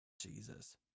Jesus